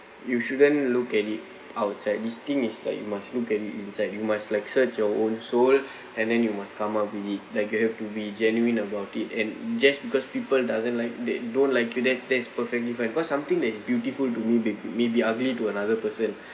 you shouldn't look at it outside this thing is like you must look at it inside you must like search your own soul and then you must come up with it like you have to be genuine about it and just because people doesn't like they don't like that's that's perfectly fine because something that is beautiful to me may may be ugly to another person